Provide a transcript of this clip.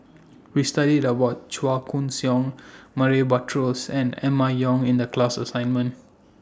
We studied The What Chua Koon Siong Murray Buttrose and Emma Yong in The class assignment